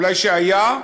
אולי שהיה,